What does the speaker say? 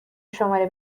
شماره